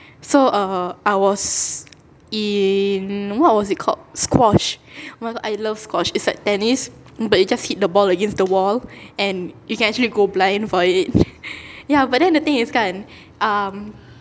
so err I was in what was it called squash oh my god I love squash it's like tennis but you just hit the ball against the wall and you can actually go blind for it ya but then the thing is kan um